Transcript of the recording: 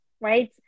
right